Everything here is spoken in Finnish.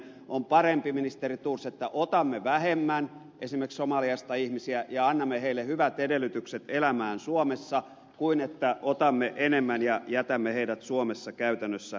on parempi ministeri thors että otamme vähemmän esimerkiksi somaliasta ihmisiä ja annamme heille hyvät edellytykset elämään suomessa kuin että otamme enemmän ja jätämme heidät suomessa käytännössä heitteille